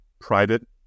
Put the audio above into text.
private